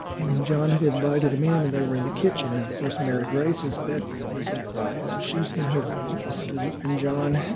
and john had invited him in, and they were in the kitchen. now, of course, mary grace's bedroom is nearby, and so she's in her room asleep. and john